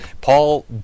Paul